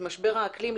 את משבר האקלים,